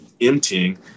emptying